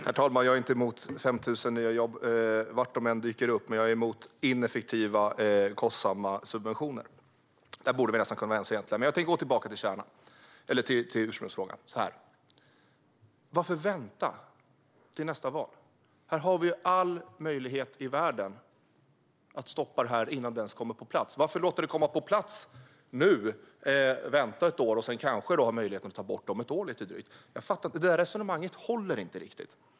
Herr talman! Jag är inte emot 5 000 nya jobb var de än dyker upp, men jag är emot ineffektiva och kostsamma subventioner. Där borde vi egentligen nästan kunna vara ense. Jag går tillbaka till ursprungsfrågan. Varför vänta till nästa val? Här har vi all möjlighet i världen att stoppa detta innan det ens kommer på plats. Varför låta det komma på plats nu, vänta ett år och sedan kanske ha möjlighet att ta bort det om lite drygt ett år? Jag fattar inte. Resonemanget håller inte riktigt.